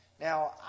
Now